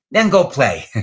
then go play.